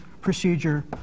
procedure